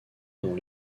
dans